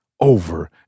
over